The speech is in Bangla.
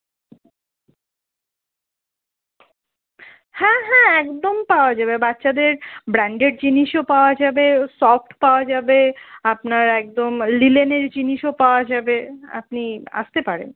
হ্যাঁ হ্যাঁ একদম পাওয়া যাবে বাচ্চাদের ব্রান্ডেড জিনিসও পাওয়া যাবে সফট পাওয়া যাবে আপনার একদম লিলেনের জিনিসও পাওয়া যাবে আপনি আসতে পারেন